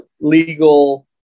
legal